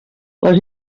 les